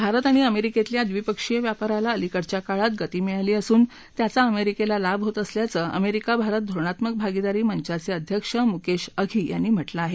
भारत आणि अमेरिकेतल्या द्विपक्षीय व्यापाराला अलिकडच्या काळात गती मिळाली असून त्याचा अमेरिकेला लाभ होत असल्याचं अमेरिका भारत धोरणात्मक भागिदारी मंचाचे अध्यक्ष मुकेश अधी यांनी म्हालं आहे